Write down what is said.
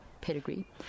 pedigree